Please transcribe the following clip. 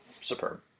superb